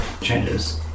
changes